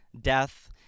death